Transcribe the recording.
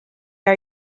are